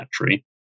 battery